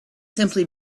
simply